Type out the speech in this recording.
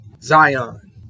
zion